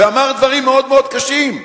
ואמר דברים מאוד מאוד קשים,